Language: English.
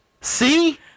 See